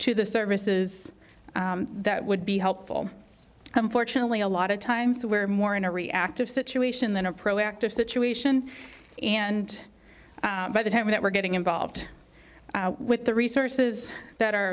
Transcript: to the services that would be helpful unfortunately a lot of times we're more in a reactive situation than a proactive situation and by the time that we're getting involved with the resources that are